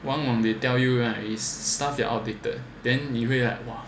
one on they tell you right is stuff that are outdated then 你会 like !wah!